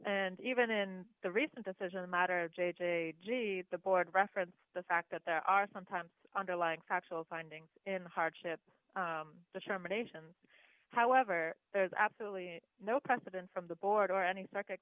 and even in the recent decision the matter j j g the board reference the fact that there are sometimes underlying factual findings in the hardship determination however there is absolutely no precedent from the board or any circuit